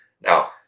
Now